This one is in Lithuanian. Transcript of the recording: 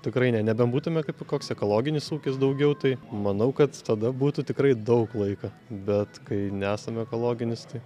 tikrai ne nebent būtume kaip koks ekologinis ūkis daugiau tai manau kad tada būtų tikrai daug laiko bet kai nesam ekologinis tai